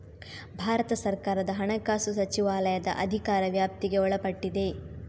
ಭಾರತ ಸರ್ಕಾರದ ಹಣಕಾಸು ಸಚಿವಾಲಯದ ಅಧಿಕಾರ ವ್ಯಾಪ್ತಿಗೆ ಒಳಪಟ್ಟಿದೆ